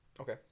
Okay